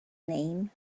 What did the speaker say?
name